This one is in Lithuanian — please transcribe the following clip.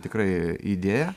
tikrai idėja